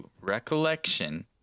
recollection